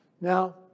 Now